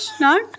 No